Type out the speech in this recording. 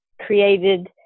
created